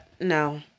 No